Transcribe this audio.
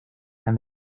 and